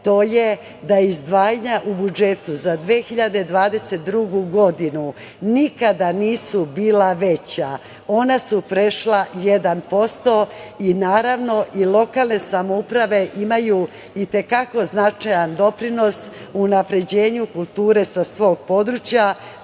to je da izdvajanja u budžetu za 2022. godinu nikada nisu bila veća. Ona su prešla 1% i, naravno, lokalne samouprave imaju i te kako značajan doprinos u unapređenju kulture sa svog područja,